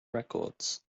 records